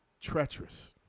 treacherous